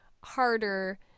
harder